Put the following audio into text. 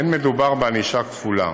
אין מדובר בענישה כפולה.